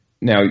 now